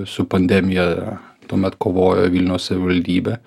su pandemija tuomet kovojo vilniaus savivaldybė